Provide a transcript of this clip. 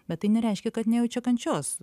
bet tai nereiškia kad nejaučia kančios